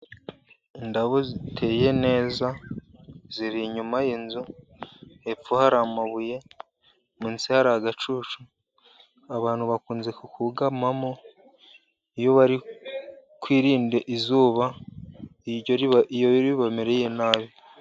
Indabo ziteye neza, ziri inyuma y'inzu. Hepfo hari amabuye, munsi hari agacucu. Abantu bakunze ku kugamamo, iyo barikwirinda izuba, iyo ribamereye nabi.